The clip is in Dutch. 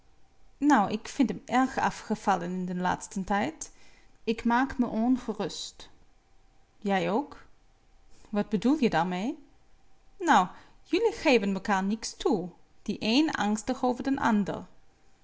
nou ik vind m erg afgevallen in den laatsten tijd ik maak me ongerust jij ook wat bedoel je daarmee nou jullie geven mekaar niks toe de een angstig over den ander